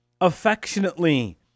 affectionately